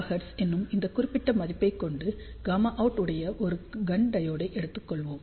10 GHz என்னும் இந்த குறிப்பிட்ட மதிப்பை கொண்டு Γout உடைய ஒரு கன் டையோடு எடுத்துக்கொள்வோம்